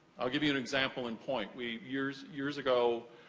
i'll give you an example in point. we, years years ago,